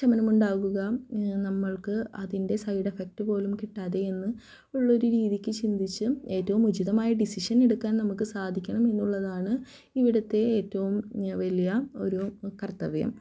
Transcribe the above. ശമനമുണ്ടാകുക നമ്മൾക്ക് അതിൻ്റെ side effect പോലും കിട്ടാതെ എന്ന് ഉള്ളൊരു രീതിക്ക് ചിന്തിച്ച് ഏറ്റോം ഉചിതമായ ഡിസിഷനെടുക്കാൻ നമുക്ക് സാധിക്കണമെന്നുള്ളതാണ് ഇവിടുത്തെ ഏറ്റോം വലിയ ഒരു കർത്തവ്യം